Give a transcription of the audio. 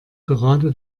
gerade